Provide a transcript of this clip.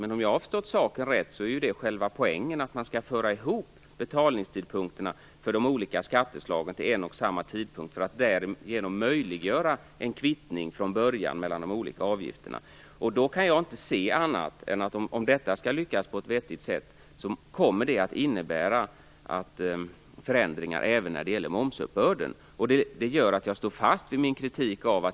Men vad jag har förstått är det ju själva poängen - man skall föra ihop betalningstidpunkterna för de olika skatteslagen till en och samma tidpunkt för att därigenom möjliggöra en kvittning mellan de olika avgifterna från början. Jag kan inte se annat än att om detta skall lyckas på ett vettigt sätt kommer det att innebära förändringar även vad gäller momsuppbörden. Det gör att jag står fast vid min kritik.